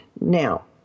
Now